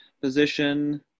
position